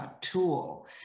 tool